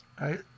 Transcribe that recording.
right